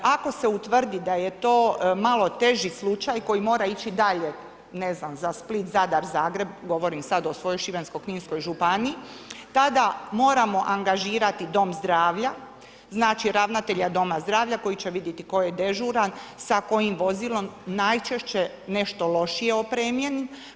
Ako se utvrdi da je to malo teži slučaj koji mora ići dalje ne znam, za Split, Zadar, Zagreb, govorim sada o svojoj Šibensko-kninskoj županiji, tada moramo angažirati dom zdravlja, znači ravnatelja doma zdravlja koji će vidjeti tko je dežuran, sa kojim vozilom najčešće nešto lošije opremljenim.